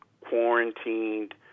quarantined